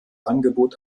angebot